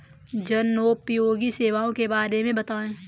जनोपयोगी सेवाओं के बारे में बताएँ?